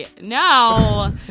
No